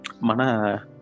Mana